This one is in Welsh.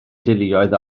deuluoedd